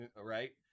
Right